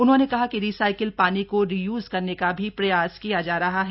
उन्होंने कहा कि रिसाइकिल पानी को रियूज करने का भी प्रयास किया जा रहा है